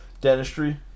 Dentistry